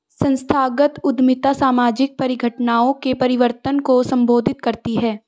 संस्थागत उद्यमिता सामाजिक परिघटनाओं के परिवर्तन को संबोधित करती है